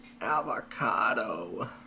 avocado